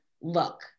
look